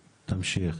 תמשיך.